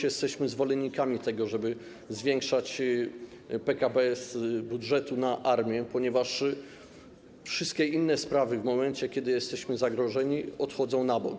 Jesteśmy zwolennikami tego, żeby zwiększać PKB z budżetu na armię, ponieważ wszystkie inne sprawy w momencie, kiedy jesteśmy zagrożeni, odchodzą na bok.